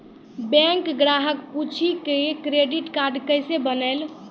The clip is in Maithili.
बैंक ग्राहक पुछी की क्रेडिट कार्ड केसे बनेल?